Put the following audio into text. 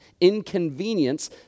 inconvenience